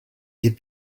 des